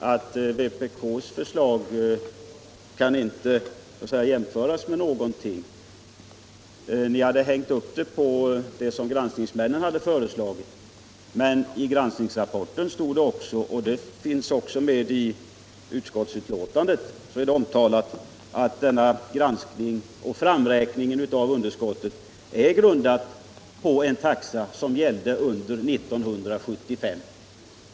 Ni hade hängt upp ert förslag på det som granskningsmännen hade föreslagit, men i granskningsrapporten stod det också — och det finns med i utskottsbetänkandet — att framräkningen av underskottet är grundad på den taxa som gällde under 1975.